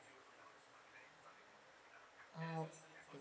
uh